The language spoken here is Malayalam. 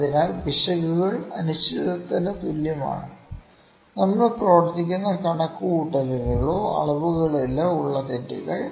അതിനാൽ പിശകുകൾ അനിശ്ചിതത്വത്തിന് തുല്യമാണ് നമ്മൾ പ്രവർത്തിക്കുന്ന കണക്കുകൂട്ടലിലോ അളവുകളിലോ ഉള്ള തെറ്റുകൾ